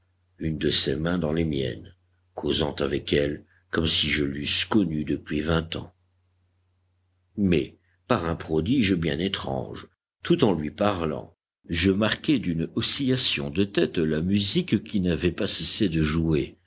une de ses mains dans les miennes causant avec elle comme si je l'eusse connue depuis vingt ans mais par un prodige bien étrange tout en lui parlant je marquais d'une oscillation de tête la musique qui n'avait pas cessé de jouer